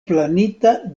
planita